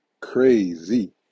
Crazy